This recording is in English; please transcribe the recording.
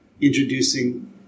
introducing